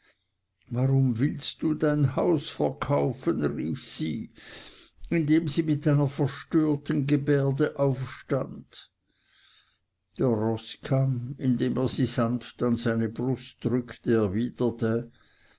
warum willst du dein haus verkaufen rief sie indem sie mit einer verstörten gebärde aufstand der roßkamm indem er sie sanft an seine brust drückte